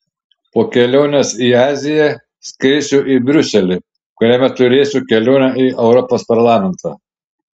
po kelionės į aziją skrisiu į briuselį kuriame turėsiu kelionę į europos parlamentą